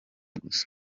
gusa